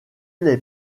les